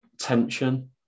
tension